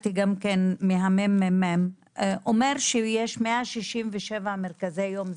עסקתי גם כן מהממ"מ אומר שיש 167 מרכזי יום,